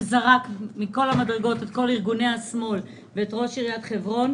שזרק מכל המדרגות את כל ארגוני השמאל ואת ראש עיריית חברון,